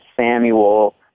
Samuel